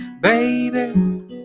baby